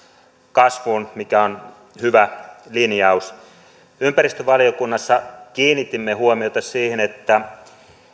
kasvuun mikä on hyvä linjaus ympäristövaliokunnassa kiinnitimme huomiota siihen että